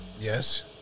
Yes